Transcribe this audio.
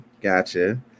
gotcha